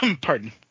Pardon